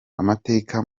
amateka